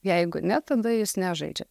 jeigu ne tada jis nežaidžia